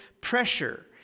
pressure